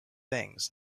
things